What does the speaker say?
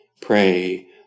pray